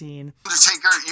Undertaker